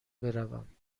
بروم